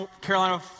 Carolina